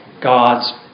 God's